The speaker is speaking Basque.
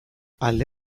alde